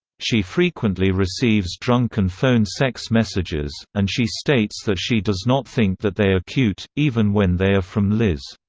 she frequently receives drunken phone sex messages, and she states that she does not think that they are cute, even when they are from liz.